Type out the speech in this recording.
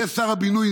ושר הבינוי,